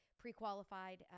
pre-qualified